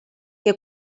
que